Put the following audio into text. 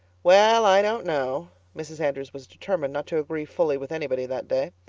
well, i don't know. mrs. andrews was determined not to agree fully with anybody that day.